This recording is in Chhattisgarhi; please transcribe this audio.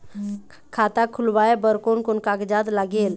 खाता खुलवाय बर कोन कोन कागजात लागेल?